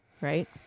Right